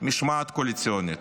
משמעת קואליציונית.